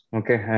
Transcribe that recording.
okay